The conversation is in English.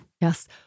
Yes